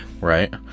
Right